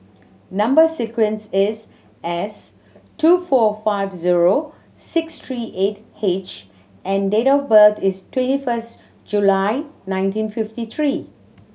number sequence is S two four five zero six three eight H and date of birth is twenty first July nineteen fifty three